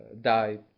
die